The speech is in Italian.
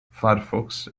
firefox